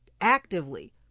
actively